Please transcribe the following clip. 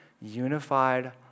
unified